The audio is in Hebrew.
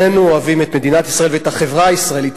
שנינו אוהבים את מדינת ישראל ואת החברה הישראלית,